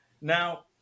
Now